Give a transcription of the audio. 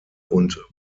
und